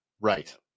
Right